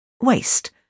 Waste